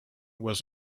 was